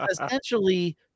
essentially